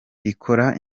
ikora